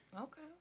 Okay